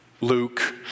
Luke